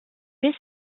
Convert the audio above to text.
bis